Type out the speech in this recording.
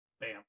Bam